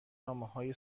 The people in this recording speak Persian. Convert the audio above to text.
نامههای